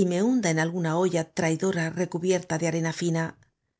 y m e h u n d a en alguna h o y a traidora recubierta de arena fina